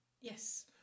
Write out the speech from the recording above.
yes